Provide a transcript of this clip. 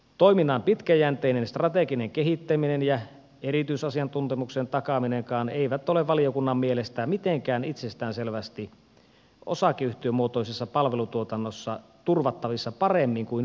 toiminnan pitkäjänteinen strateginen kehittäminen ja erityisasiantuntemuksen takaaminenkaan eivät ole valiokunnan mielestä mitenkään itsestäänselvästi osakeyhtiömuotoisessa palvelutuotannossa turvattavissa paremmin kuin viranomaistoiminnassa